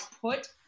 put